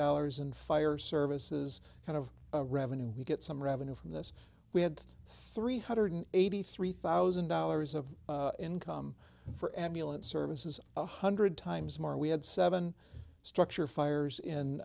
dollars and fire services kind of revenue we get some revenue from this we had three hundred eighty three thousand dollars of income for ambulance services one hundred times more we had seven structure fires in